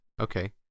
okay